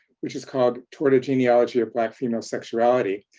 which is called toward a genealogy of black female sexuality,